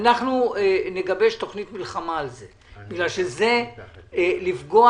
אנחנו נגבש תוכנית מלחמה על זה כי זה אומר לפגוע